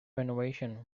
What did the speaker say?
renovation